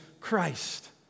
Christ